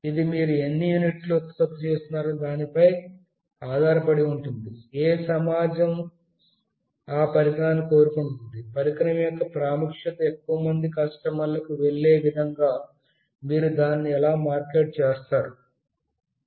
ఇది మీరు ఎన్ని యూనిట్లను ఉత్పత్తి చేస్తున్నారు ఏ సంఘము ఆ పరికరాన్ని కోరుకుంటుంది ఈ పరికరం యొక్క ప్రాముఖ్యత ను ఎక్కువ మంది కస్టమర్లకు తెలిసే విధంగా మీరు దాన్ని ఎలా మార్కెట్ చేస్తారు అనే దానిపై ఆధారపడి ఉంటుంది